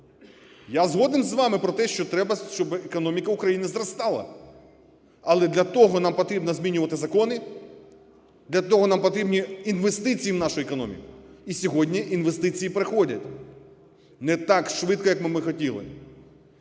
Я згоден з вами про те, що треба, щоб економіка України зростала. Але для того нам потрібно змінювати закони, для того нам потрібні інвестиції в нашу економіку. І сьогодні інвестиції приходять не так швидко, як би ми хотіли.